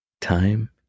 Time